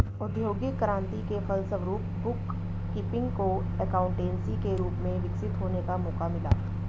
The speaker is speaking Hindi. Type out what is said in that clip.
औद्योगिक क्रांति के फलस्वरूप बुक कीपिंग को एकाउंटेंसी के रूप में विकसित होने का मौका मिला